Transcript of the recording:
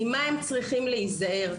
ממה הם צריכים להיזהר.